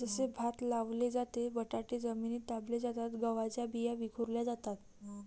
जसे भात लावले जाते, बटाटे जमिनीत दाबले जातात, गव्हाच्या बिया विखुरल्या जातात